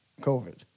COVID